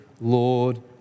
Lord